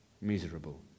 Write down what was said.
Miserable